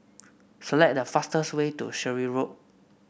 select the fastest way to Surrey Road